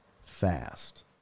Fast